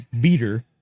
beater